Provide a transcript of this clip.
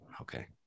Okay